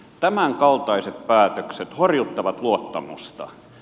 tämänkaltaiset päätökset horjuttavat luottamusta